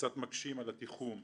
קצת מקשים על התיחום.